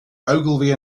ogilvy